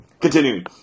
continuing